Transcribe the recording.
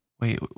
Wait